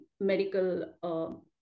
medical